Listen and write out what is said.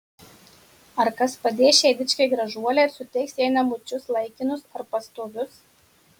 ar kas padės šiai dičkei gražuolei ir suteiks jai namučius laikinus ar pastovius